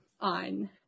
on